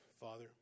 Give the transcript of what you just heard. Father